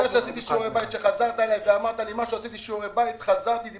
עשיתי שיעורי בית לאחר שחזרת אליי.